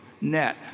net